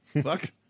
Fuck